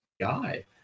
guy